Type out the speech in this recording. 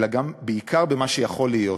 אלא בעיקר במה שיכול להיות,